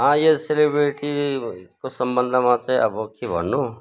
यस सेलिब्रिटीको सम्बन्धमा चाहिँ अब के भन्नु